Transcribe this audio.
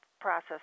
process